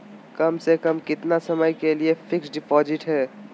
कम से कम कितना समय के लिए फिक्स डिपोजिट है?